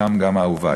חלקם גם אהובי: